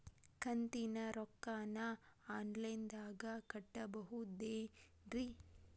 ಕಂತಿನ ರೊಕ್ಕನ ಆನ್ಲೈನ್ ದಾಗ ಕಟ್ಟಬಹುದೇನ್ರಿ?